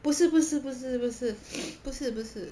不是不是不是不是 不是不是